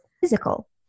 physical